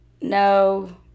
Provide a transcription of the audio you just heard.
No